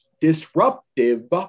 disruptive